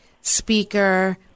speaker